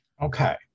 Okay